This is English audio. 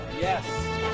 Yes